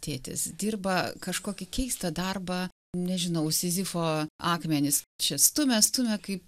tėtis dirba kažkokį keistą darbą nežinau sizifo akmenys čia stumia stumia kaip